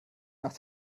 nach